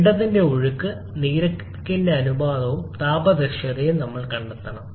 പിണ്ഡത്തിന്റെ ഒഴുക്ക് നിരക്കിന്റെ അനുപാതവും താപ ദക്ഷതയും ഞങ്ങൾ കണ്ടെത്തണം